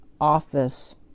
office